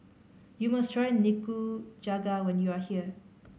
you must try Nikujaga when you are here